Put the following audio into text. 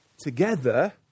together